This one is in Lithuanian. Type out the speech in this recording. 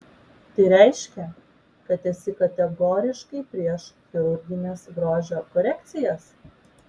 tai reiškia kad esi kategoriškai prieš chirurgines grožio korekcijas